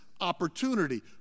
opportunity